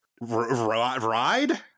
ride